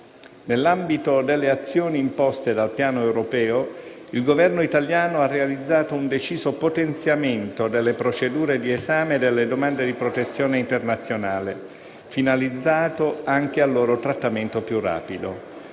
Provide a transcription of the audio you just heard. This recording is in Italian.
Nell'ambito delle azioni imposte dal piano europeo, il Governo italiano ha realizzato un deciso potenziamento delle procedure di esame delle domande di protezione internazionale, finalizzato anche al loro trattamento più rapido.